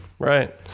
Right